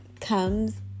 comes